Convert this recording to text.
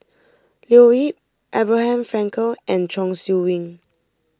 Leo Yip Abraham Frankel and Chong Siew Ying